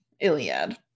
iliad